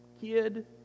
kid